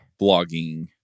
blogging